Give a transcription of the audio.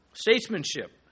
statesmanship